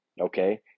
okay